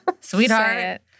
sweetheart